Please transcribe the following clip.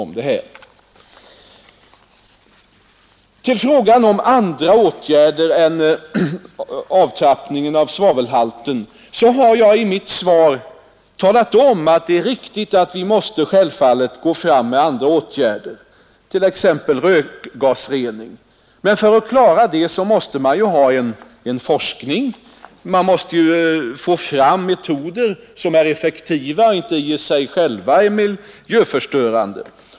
På frågan beträffande andra åtgärder än nedtrappningen av svavelhalten vill jag säga att jag i mitt svar talade om att vi självfallet måste gå fram med även andra åtgärder, t.ex. rökgasrening. Men för att klara det måste man ha en forskning, man måste få fram metoder som är effektiva och inte i sig själva miljöförstörande.